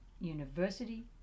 University